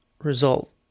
Result